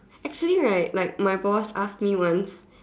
actually right like my boss asked me once